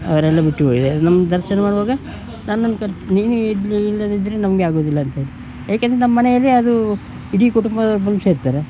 ಅವರೆಲ್ಲ ಬಿಟ್ಟು ಹೋಗಿದ್ದಾರೆ ನಮ್ಮ ದರ್ಶನ ಮಾಡುವಾಗ ನನ್ನನ್ನು ಕರೆದು ನೀವೇ ಇಲ್ಲಿ ಇಲ್ಲದಿದ್ದರೆ ನಮಗೆ ಆಗುವುದಿಲ್ಲ ಅಂತಾರೆ ಏಕೆಂದರೆ ನಮ್ಮನೆಯಲ್ಲಿ ಅದು ಇಡೀ ಕುಟುಂಬ ಬಂದು ಸೇರ್ತಾರೆ